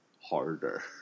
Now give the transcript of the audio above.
Harder